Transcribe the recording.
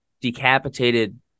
decapitated